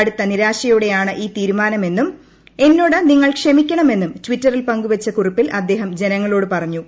കടുത്ത നിരാശയോടെയാണ് ഈ തീരുമാനമെന്നും എന്നോട് നിങ്ങൾ ക്ഷമിക്കണമെന്നും ടിറ്ററിൽ പങ്കുവച്ച കുറിപ്പിൽ അദ്ദേഹം ജനങ്ങളോട് പറഞ്ഞു